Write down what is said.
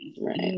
right